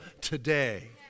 today